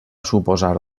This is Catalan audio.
suposar